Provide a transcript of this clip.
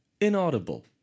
Inaudible